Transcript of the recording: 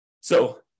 So-